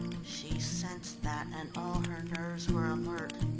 she sensed that and all her nerves were alert.